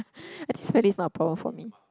I think smelly is not a problem for me